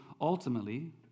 ultimately